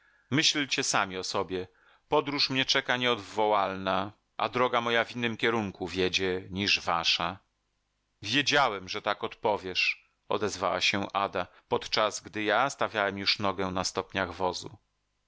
myślcie sami o sobie podróż mnie czeka nieodwołalna a droga moja w innym kierunku wiedzie niż wasza wiedziałam że tak odpowiesz odezwała się ada podczas gdy ja stawiałem już nogę na stopniach wozu